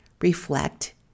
reflect